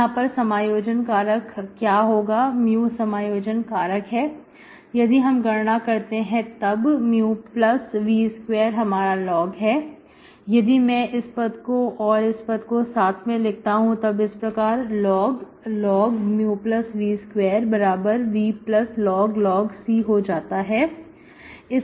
यहां पर समायोजन कारक क्या होगा mu समायोजन कारक है यदि हम गणना करते हैं तब μv2 हमारा log है यदि मैं इस पद को और इस पद को साथ में लिखता हूं इस प्रकार यह log μv2 vlog C हो जाता है